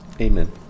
Amen